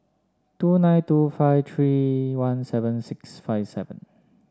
two nine two five three one seven six five seven